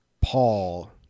Paul